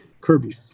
Kirby